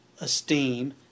esteem